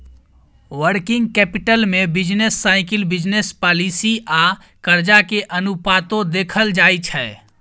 working capital में business cycle, business policy आ कर्जा के अनुपातो देखल जाइ छइ